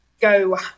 go